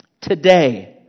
Today